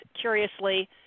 curiously